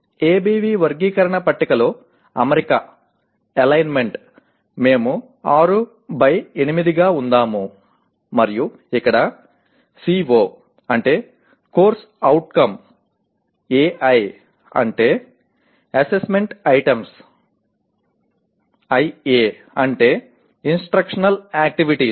ABV వర్గీకరణ పట్టికలో అమరికఅలైన్మెంట్ మేము 6 x 8 గా ఉంచాము మరియు ఇక్కడ CO అంటే కోర్సు అవుట్కమ్ AI అంటే అసెస్మెంట్ ఐటమ్స్ IA అంటే ఇంస్ట్రుక్షనల్ ఆక్టివిటీస్